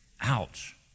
Ouch